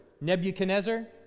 Nebuchadnezzar